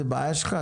זה בעיה שלך.